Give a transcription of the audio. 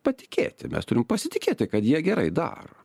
patikėti mes turim pasitikėti kad jie gerai daro